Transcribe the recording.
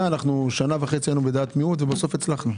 שנה וחצי היינו בדעת מיעוט ובסוף הצלחנו.